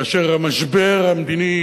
כאשר המשבר המדיני